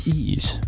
ease